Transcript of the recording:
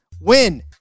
win